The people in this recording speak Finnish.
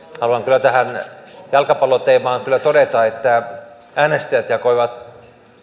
haluan kyllä tähän jalkapalloteemaan todeta että äänestäjät jakoivat